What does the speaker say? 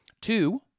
Two